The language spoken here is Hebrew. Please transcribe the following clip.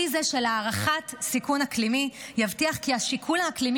כלי זה של הערכת סיכון אקלימי יבטיח כי השיקול האקלימי